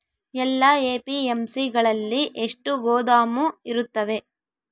ಎಲ್ಲಾ ಎ.ಪಿ.ಎಮ್.ಸಿ ಗಳಲ್ಲಿ ಎಷ್ಟು ಗೋದಾಮು ಇರುತ್ತವೆ?